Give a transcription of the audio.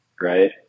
right